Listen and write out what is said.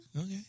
Okay